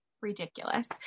ridiculous